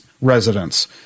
residents